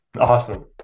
awesome